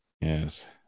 Yes